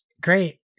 great